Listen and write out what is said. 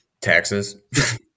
Taxes